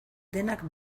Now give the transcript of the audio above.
denak